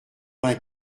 vingt